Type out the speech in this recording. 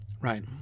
right